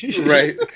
Right